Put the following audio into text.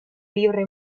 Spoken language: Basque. libre